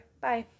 bye